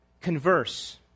Converse